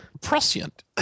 prescient